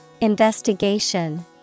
Investigation